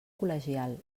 col·legial